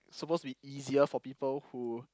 supposed to be easier for people who